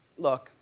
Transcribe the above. look,